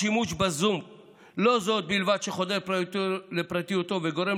השימוש בזום לא זו בלבד שחודר לפרטיות וגורם